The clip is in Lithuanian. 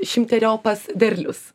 šimteriopas derlius